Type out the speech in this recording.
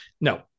No